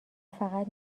فقط